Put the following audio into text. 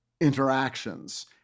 interactions